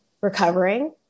recovering